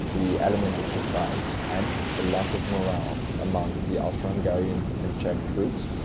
the element of surprise, and the lack of morale among the austro-hungarian and czech troops,